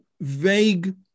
vague